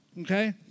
okay